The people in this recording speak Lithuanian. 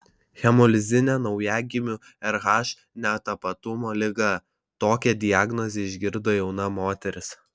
hemolizinė naujagimių rh netapatumo liga tokią diagnozę išgirdo jauna moteris